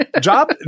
job